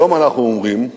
היום אנחנו אומרים: